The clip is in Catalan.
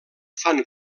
fan